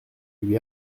lui